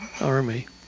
army